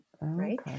Right